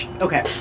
Okay